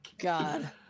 God